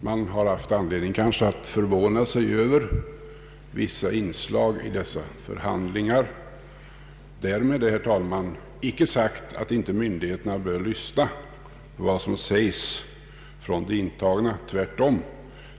Man har kanske haft anledning att förvåna sig över vissa inslag i dessa förhandlingar. Därmed är, herr talman, icke sagt att icke myndigheterna bör lyssna på vad som sägs från de intagna. Tvärtom.